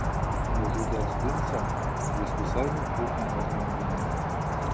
nužudęs vincą jis visai nutrūko nuo grandinės